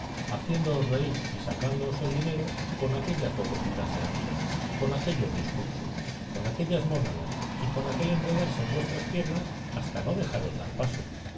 haciéndoos reír y sacándoos el dinero con aquellas vocecitas de ángel con aquellos discursos con aquellas monadas y con aquel enredarse en vuestras piernas hasta no dejaros dar paso